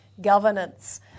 governance